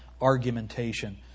argumentation